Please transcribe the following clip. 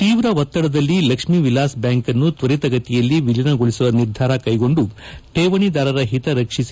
ತೀವ್ರ ಒತ್ತಡದಲ್ಲಿ ಲಕ್ಷ್ಮೀ ವಿಲಾಸ್ ಬ್ಲಾಂಕ್ ಅನ್ನು ತ್ವರಿತಗತಿಯಲ್ಲಿ ವಿಲೀನಗೊಳಿಸುವ ನಿರ್ಧಾರ ಕೈಗೊಂಡು ಕೇವಣಿದಾರರ ಹಿತ ರಕ್ಷಿಸಿ